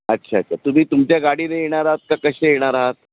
अच्छा अच्छा तुम्ही तुमच्या गाडीने येणार आहात का कसे येणार आहात